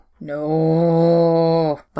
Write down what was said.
no